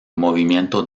movimiento